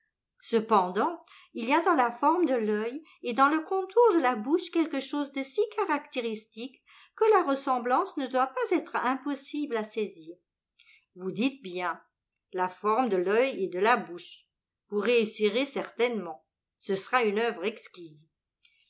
cependant il y a dans la forme de l'œil et dans le contour de la bouche quelque chose de si caractéristique que la ressemblance ne doit pas être impossible à saisir vous dites bien la forme de l'œil et de la bouche vous réussirez certainement ce sera une œuvre exquise